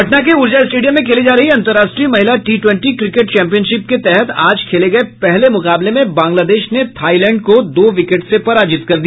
पटना के ऊर्जा स्टेडियम में खेली जा रही अंतर्राष्ट्रीय महिला टी ट्वेंटी क्रिकेट चैंपियनशिप के तहत आज खेले गये पहले मुकाबले में बांग्लादेश ने थाईलैंड को दो विकेट से पराजित कर दिया